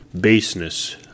Baseness